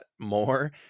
more